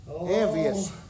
Envious